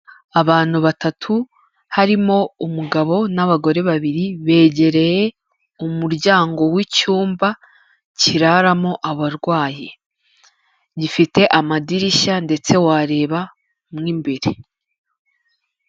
Abantu batatu harimo umugabo n'abagore babiri begereye umuryango w'icyumba kiraramo abarwayi, gifite amadirishya ndetse wareba mo imbere.